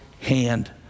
hand